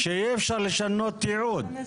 שיהיה אפשר לשנות ייעוד.